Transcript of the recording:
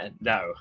No